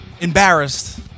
embarrassed